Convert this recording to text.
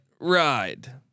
ride